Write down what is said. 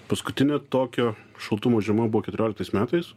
paskutinė tokio šaltumo žiema buvo keturioliktais metais